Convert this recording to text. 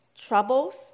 troubles